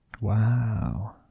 Wow